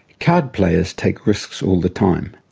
card players take risks all the time.